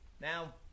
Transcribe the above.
Now